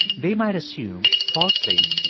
they might assume, falsely,